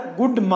good